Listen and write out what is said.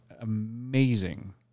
Amazing